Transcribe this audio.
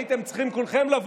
הייתם צריכים לבוא כולכם,